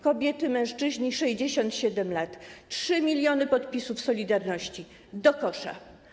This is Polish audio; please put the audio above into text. Kobiety, mężczyźni - 67 lat. 3 mln podpisów „Solidarności” do kosza.